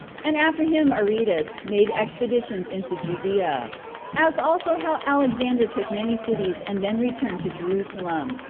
and after him aretas made expeditions into judea as also how alexander took many cities and then returned to jerusalem,